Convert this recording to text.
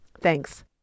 Thanks